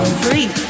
free